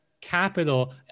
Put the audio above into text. capital